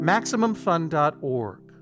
Maximumfun.org